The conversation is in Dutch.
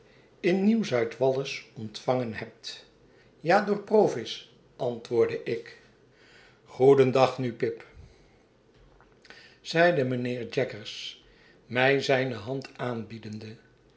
in nieuw zuid wallis ontvangen hebt ja door provis antwoordde ik goedendag nu pip zeide mijnheer jaggers mij zijne hand aanbiedende